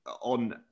on